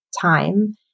time